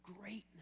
greatness